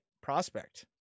prospect